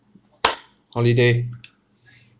holiday